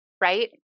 right